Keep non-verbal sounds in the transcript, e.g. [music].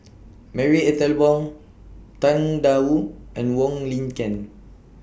[noise] Marie Ethel Bong Tang DA Wu and Wong Lin Ken